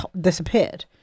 disappeared